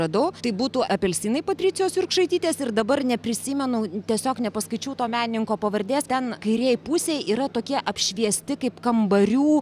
be to tai būtų apelsinai patricijos jurkšaitytės ir dabar neprisimenu tiesiog nepaskaičiau to menininko pavardės ten kairėje pusėje yra tokie apšviesti kaip kambarių